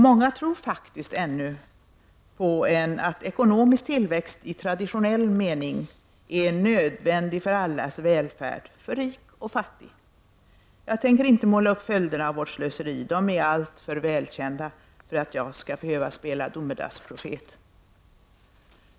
Många tror faktiskt ännu på att ekonomisk tillväxt i traditionell mening är nödvändig för allas välfärd, för rik och fattig. Jag tänker inte måla upp följderna av vårt slöseri; de är alltför välkända för att jag skall behöva spela domedagsprofet.